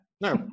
no